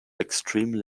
extremely